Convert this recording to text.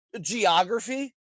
geography